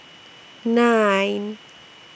nine